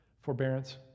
forbearance